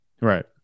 right